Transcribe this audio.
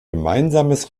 gemeinsames